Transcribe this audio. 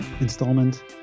installment